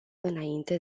înainte